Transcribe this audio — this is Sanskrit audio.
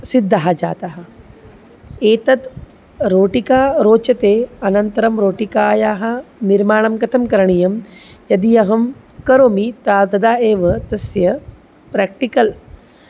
सिद्धा जाता एतत् रोटिका रोचते अनन्तरं रोटिकायाः निर्माणं कथं करणीयं यदि अहं करोमि ता तदा एव तस्य प्राक्टिकल्